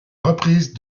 reprise